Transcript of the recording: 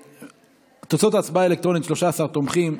תוצאות ההצבעה האלקטרונית: 13 תומכים,